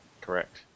Correct